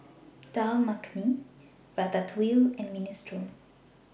Dal Makhani Ratatouille and Minestrone